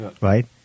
right